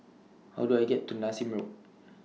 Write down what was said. How Do I get to Nassim Road